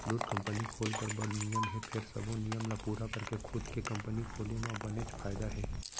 दूद कंपनी खोल बर बड़ नियम हे फेर सबो नियम ल पूरा करके खुद के कंपनी खोले म बनेच फायदा हे